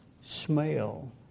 smell